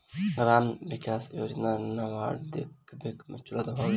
gram विकास योजना नाबार्ड के देखरेख में चलत हवे